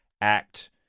act